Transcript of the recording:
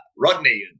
rodney